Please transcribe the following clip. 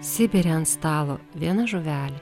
sibire ant stalo viena žuvelė